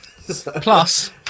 Plus